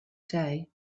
day